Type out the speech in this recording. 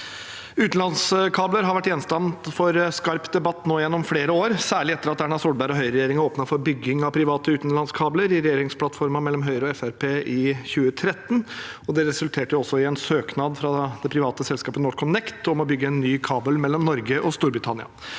Utenlandskabler har vært gjenstand for skarp debatt nå gjennom flere år, særlig etter at Erna Solberg og høyreregjeringen åpnet for bygging av private utenlandskabler i regjeringsplattformen mellom Høyre og Fremskrittspartiet i 2013. Det resulterte også i en søknad fra det private selskapet NorthConnect om å bygge en ny kabel mellom Norge og Storbritannia.